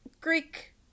Greek